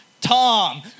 Tom